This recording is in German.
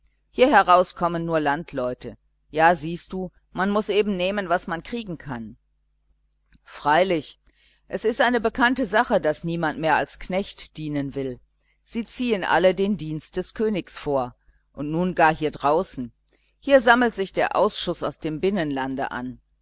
hier heraus kommen nur landleute ja siehst du man muß eben nehmen was man kriegen kann freilich es ist eine bekannte sache daß niemand mehr als knecht dienen will sie ziehen alle den dienst des königs vor und nun gar hier draußen hier sammelt sich aller ausschuß aus dem binnenlande an